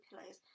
pillows